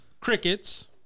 crickets